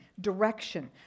Direction